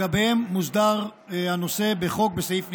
שלגביו מוסדר הנושא בחוק בסעיף נפרד,